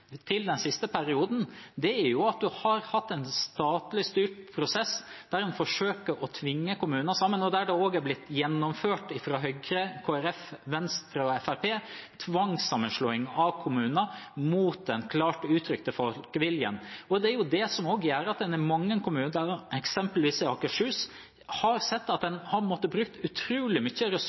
den siste perioden, er at man har hatt en statlig styrt prosess, der man forsøker å tvinge kommuner sammen, og der det av Høyre, Kristelig Folkeparti, Venstre og Fremskrittspartiet også er blitt gjennomført tvangssammenslåing av kommuner, mot den klart uttrykte folkeviljen. Det har gjort at man i mange kommuner, eksempelvis i Akershus, har måttet bruke utrolig mye ressurser på den